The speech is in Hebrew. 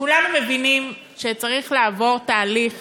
כולנו מבינים שצריך לעבור תהליך